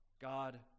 God